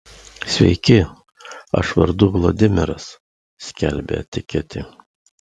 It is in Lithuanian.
sveiki aš vardu vladimiras skelbia etiketė